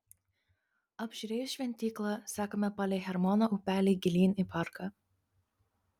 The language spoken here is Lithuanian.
apžiūrėjus šventyklą sekame palei hermono upelį gilyn į parką